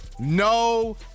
No